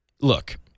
look